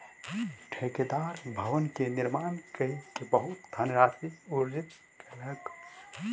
ठेकेदार भवन के निर्माण कय के बहुत धनराशि अर्जित कयलक